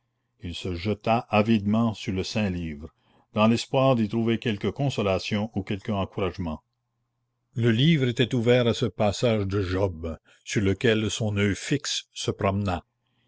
il se jeta avidement sur le saint livre dans l'espoir d'y trouver quelque consolation ou quelque encouragement le livre était ouvert à ce passage de job sur lequel son oeil fixe se promena